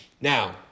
Now